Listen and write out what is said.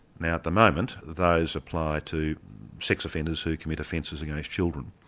now at the moment those apply to sex offenders who commit offences against children,